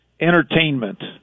Entertainment